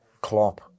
Klopp